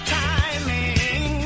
timing